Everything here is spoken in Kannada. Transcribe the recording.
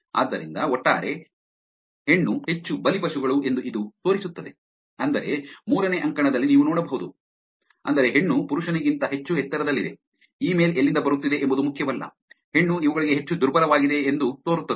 ಆದ್ದರಿಂದ ಒಟ್ಟಾರೆ ಹೆಣ್ಣು ಹೆಚ್ಚು ಬಲಿಪಶುಗಳು ಎಂದು ಇದು ತೋರಿಸುತ್ತದೆ ಅಂದರೆ ಮೂರನೇ ಅಂಕಣದಲ್ಲಿ ನೀವು ನೋಡಬಹುದು ಅಂದರೆ ಹೆಣ್ಣು ಪುರುಷನಿಗಿಂತ ಹೆಚ್ಚು ಎತ್ತರದಲ್ಲಿದೆ ಇಮೇಲ್ ಎಲ್ಲಿಂದ ಬರುತ್ತಿದೆ ಎಂಬುದು ಮುಖ್ಯವಲ್ಲ ಹೆಣ್ಣು ಇವುಗಳಿಗೆ ಹೆಚ್ಚು ದುರ್ಬಲವಾಗಿದೆ ಎಂದು ತೋರುತ್ತದೆ